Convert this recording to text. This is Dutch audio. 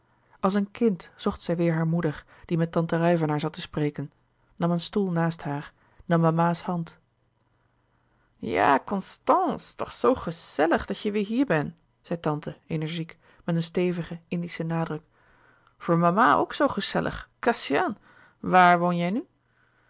als een kind zocht zij weêr hare moeder die met tante ruyvenaer zat te spreken nam een stoel naast haar nam mama's hand jà constàns toch zoo gesèllig dat jij weêr hier bèn zei tante energiek met een stevigen indischen nadruk voor mama ook soo gesellig kassian waàr woon jij nu